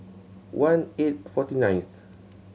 one eight forty nineth